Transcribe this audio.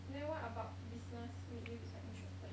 then what about business made you become interested